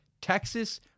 Texas